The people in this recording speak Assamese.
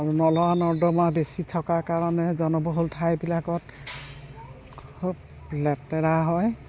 আৰু নলা নৰ্দমা বেছি থকাৰ কাৰণে জনবহুল ঠাইবিলাকত খুব লেতেৰা হয়